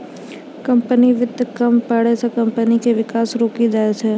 company वित्त कम पड़ै से कम्पनी के विकास रुकी जाय छै